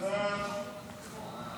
סעיפים